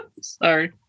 Sorry